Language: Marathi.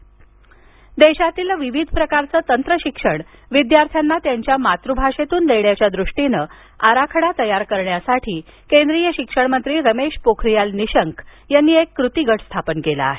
रमेश पोखरीयाल निशंक देशातील विविध प्रकारचं तंत्रशिक्षण विद्यार्थ्यांना त्यांच्या मातृभाषेमधून देण्याच्या दृष्टीनं आराखडा तयार करण्यासाठी केंद्रीय शिक्षणमंत्री रमेश पोखारीयाल निशंक यांनी एक कृतिगट स्थापन केला आहे